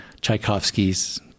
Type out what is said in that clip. Tchaikovsky's